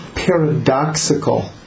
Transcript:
paradoxical